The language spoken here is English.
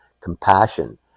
compassion